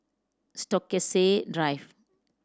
Stokesay Drive